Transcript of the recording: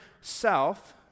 south